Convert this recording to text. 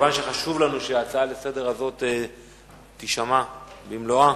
כיוון שחשוב לנו שההצעה הזאת לסדר-היום תישמע במלואה,